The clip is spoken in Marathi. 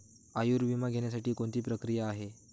आयुर्विमा घेण्यासाठी कोणती प्रक्रिया आहे?